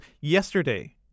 yesterday